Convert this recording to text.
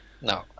No